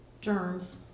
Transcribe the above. germs